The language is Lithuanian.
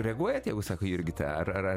reaguojat jeigu sako jurgita ar ar ar